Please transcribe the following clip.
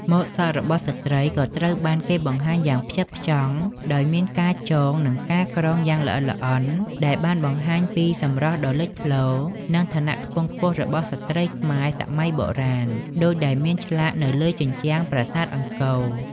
ម៉ូដសក់របស់ស្ត្រីក៏ត្រូវបានគេបង្ហាញយ៉ាងផ្ចិតផ្ចង់ ដោយមានការចង និងការក្រងយ៉ាងល្អិតល្អន់ ដែលបានបង្ហាញពីសម្រស់ដ៏លេចធ្លោ និងឋានៈខ្ពង់ខ្ពស់របស់ស្ត្រីខ្មែរសម័យបុរាណដូចដែលមានឆ្លាក់នៅលើជញ្ជាំងប្រាសាទអង្គរ។